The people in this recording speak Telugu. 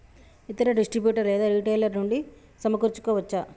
ఇతర డిస్ట్రిబ్యూటర్ లేదా రిటైలర్ నుండి సమకూర్చుకోవచ్చా?